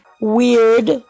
Weird